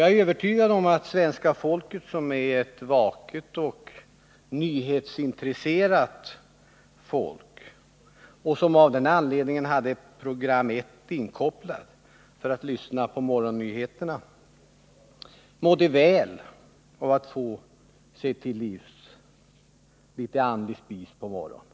Jag är övertygad om att svenska folket, som är ett vaket och nyhetsintresserat folk och som av den anledningen hade program 1 inkopplat för att lyssna på morgonnyheterna, mådde väl av att få sig till livs litet andlig spis på morgonen.